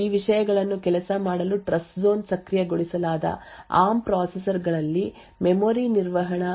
ಈಗ ಈ ವಿಷಯಗಳನ್ನು ಕೆಲಸ ಮಾಡಲು ಟ್ರಸ್ಟ್ಝೋನ್ ಸಕ್ರಿಯಗೊಳಿಸಲಾದ ಆರ್ಮ್ ಪ್ರೊಸೆಸರ್ ಗಳಲ್ಲಿ ಮೆಮೊರಿ ನಿರ್ವಹಣೆ ಘಟಕವನ್ನು ವಿಶೇಷ ರೀತಿಯಲ್ಲಿ ವಿನ್ಯಾಸಗೊಳಿಸಲಾಗಿದೆ